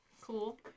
cool